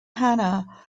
hannah